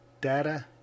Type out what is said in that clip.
data